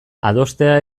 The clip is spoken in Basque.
adostea